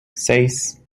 seis